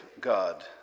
God